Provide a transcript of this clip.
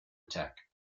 attack